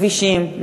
כבישים,